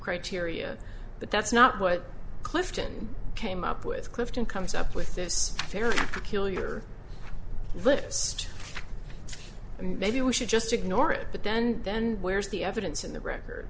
criteria but that's not what clifton came up with clifton comes up with this character kill your list i mean maybe we should just ignore it but then then where's the evidence in the record